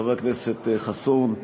חבר הכנסת חסון,